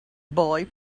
boy